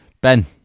Ben